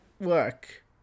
work